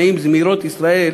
נעים זמירות ישראל,